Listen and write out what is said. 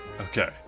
Okay